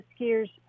skiers